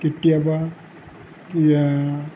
কেতিয়াবা কি